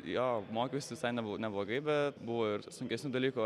jo mokiausi visai neblo neblogai bet buvo ir sunkesnių dalykų